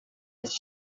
was